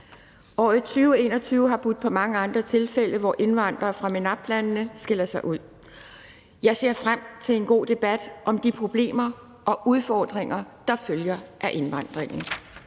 Året 2021 har budt på mange andre tilfælde, hvor indvandrere fra MENAPT-landene skiller sig ud. Jeg ser frem til en god debat om de problemer og udfordringer, der følger af indvandringen.